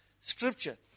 Scripture